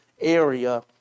area